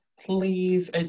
please